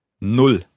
Null